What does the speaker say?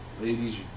ladies